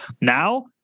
Now